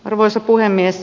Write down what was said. arvoisa puhemies